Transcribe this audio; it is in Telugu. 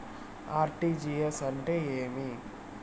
ఆర్.టి.జి.ఎస్ అంటే ఏమి